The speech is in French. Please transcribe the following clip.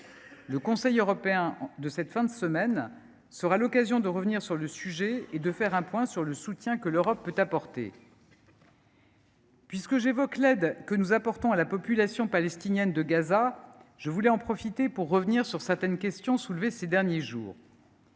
Le Conseil européen de cette fin de semaine sera l’occasion de revenir sur le sujet et de faire un point sur le soutien que l’Europe peut apporter. Puisque j’évoque l’aide que nous apportons à la population palestinienne de Gaza, je voulais en profiter pour revenir sur certaines questions soulevées ces derniers jours.